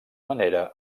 manera